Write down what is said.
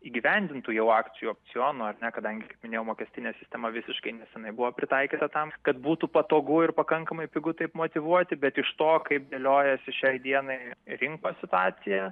įgyvendintų jau akcijų opcionų ar ne kadangi kaip minėjau mokestinė sistema visiškai neseniai buvo pritaikyta tam kad būtų patogu ir pakankamai pigu taip motyvuoti bet iš to kaip dėliojasi šiai dienai rinkos situacija